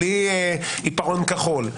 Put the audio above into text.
בלי עיפרון כחול.